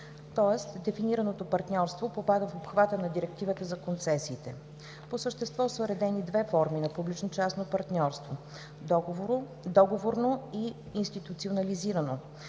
тоест дефинираното партньорство попада в обхвата на директивата за концесиите; по същество са уредени две форми на публично-частно партньорство – договорно и институционализирано;